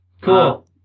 Cool